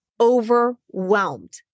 overwhelmed